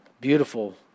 Beautiful